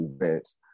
events